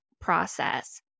process